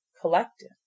collective